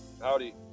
Howdy